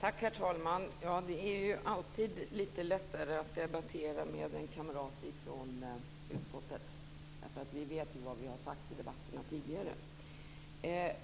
Herr talman! Det är alltid litet lättare att debattera med en kamrat från utskottet, därför att vi vet ju vad vi har sagt i debatterna tidigare.